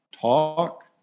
talk